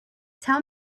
tell